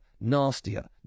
nastier